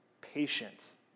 patience